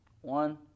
One